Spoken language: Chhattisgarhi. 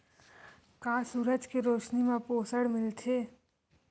का सूरज के रोशनी म पोषण मिलथे?